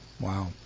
Wow